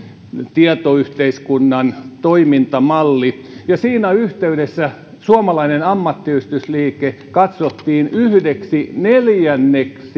tietoyhteiskunnan toimintamallista ja siinä yhteydessä suomalainen ammattiyhdistysliike katsottiin yhdeksi neljästä